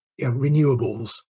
renewables